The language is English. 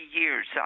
years